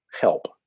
help